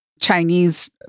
Chinese